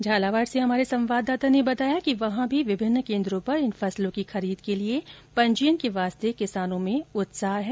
झालावाड़ से हमारे संवाददाता ने बताया कि वहां भी विभिन्न केन्द्रों पर इन फसलों की खरीद के लिए पंजीयन के वास्ते किसानों में उत्साह है